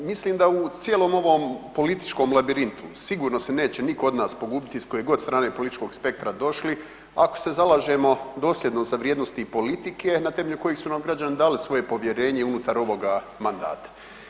Mislim da u cijelom ovom političkom labirintu sigurno se neće niko od nas pogubiti iz koje god strane političkog spektra došli ako se zalažemo dosljedno za vrijednosti politike na temelju kojih su nam građani dali svoje povjerenje unutar ovoga mandata.